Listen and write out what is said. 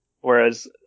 whereas